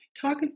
Talk